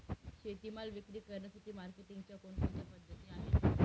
शेतीमाल विक्री करण्यासाठी मार्केटिंगच्या कोणकोणत्या पद्धती आहेत?